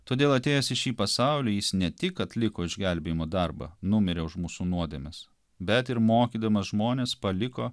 todėl atėjęs į šį pasaulį jis ne tik atliko išgelbėjimo darbą numirė už mūsų nuodėmes bet ir mokydamas žmones paliko